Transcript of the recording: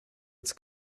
its